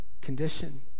condition